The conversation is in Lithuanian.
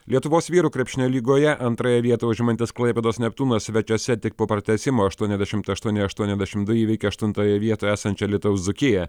lietuvos vyrų krepšinio lygoje antrąją vietą užimantis klaipėdos neptūnas svečiuose tik po pratęsimo aštuoniasdešimt aštuoni aštuoniasdešimt du įveikė aštuntoje vietoje esančią alytaus dzūkiją